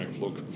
look